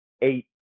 eight